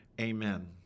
Amen